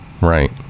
right